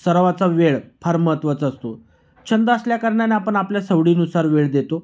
सर्वांचा वेळ फार महत्त्वाचा असतो छंद असल्याकारणानं आपण आपल्या सवडीनुसार वेळ देतो